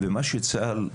מה שצה"ל,